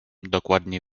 dokładnie